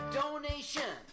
donation